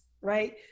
right